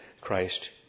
Christ